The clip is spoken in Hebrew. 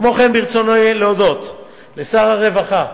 כמו כן ברצוני להודות לשר הרווחה.